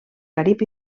carib